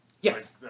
Yes